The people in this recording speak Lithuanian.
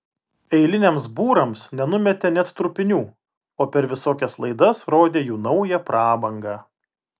eiliniams būrams nenumetė net trupinių o per visokias laidas rodė jų naują prabangą